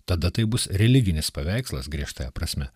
tada taip bus religinis paveikslas griežtąja prasme